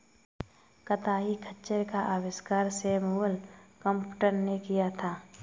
कताई खच्चर का आविष्कार सैमुअल क्रॉम्पटन ने किया था